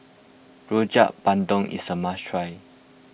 Rojak Bandung is a must try